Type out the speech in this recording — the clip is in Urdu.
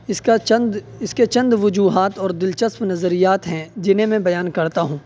اس کا چند اس کے چند وجوہات اور دلچسپ نظریات ہیں جنہیں میں بیان کرتا ہوں